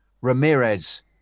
Ramirez